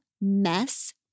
Mess